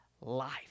life